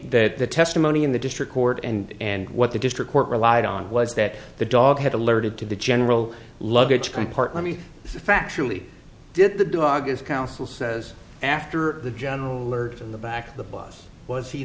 that the testimony in the district court and what the district court relied on was that the dog had alerted to the general luggage compartment factually did the dog is counsel says after the general alert in the back of the bus was he